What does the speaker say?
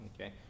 Okay